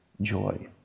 joy